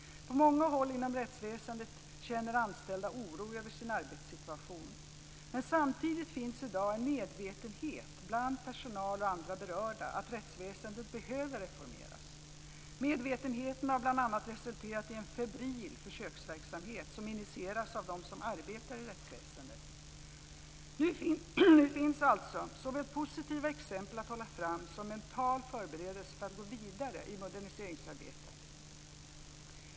På många håll inom rättsväsendet känner anställda oro över sin arbetssituation. Men samtidigt finns i dag en medvetenhet bland personal och andra berörda om att rättsväsendet behöver reformeras. Medvetenheten har bl.a. resulterat i en febril försöksverksamhet som initierats av dem som arbetar i rättsväsendet. Nu finns alltså såväl positiva exempel att hålla fram som mental förberedelse för att gå vidare i moderniseringsarbetet.